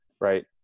right